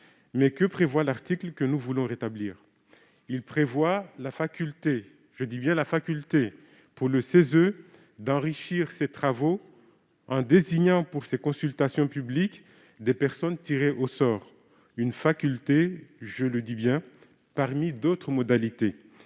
Mais que prévoit l'article que nous voulons rétablir ? La faculté, et je dis bien la faculté, pour le CESE d'enrichir ses travaux en désignant pour ses consultations publiques des personnes tirées au sort. C'est une faculté, j'y insiste, parmi d'autres modalités.